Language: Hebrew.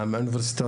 מהאוניברסיטאות.